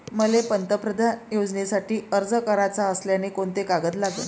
मले पंतप्रधान योजनेसाठी अर्ज कराचा असल्याने कोंते कागद लागन?